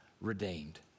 redeemed